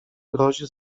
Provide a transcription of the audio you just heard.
grozi